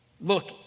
look